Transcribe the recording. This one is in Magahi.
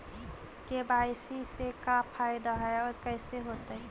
के.वाई.सी से का फायदा है और कैसे होतै?